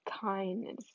kindness